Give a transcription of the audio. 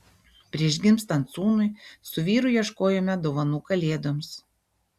prieš gimstant sūnui su vyru ieškojome dovanų kalėdoms